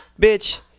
Bitch